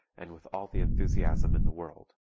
and with all the enthusiasm in the world.